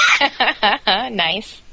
Nice